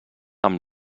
amb